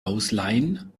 ausleihen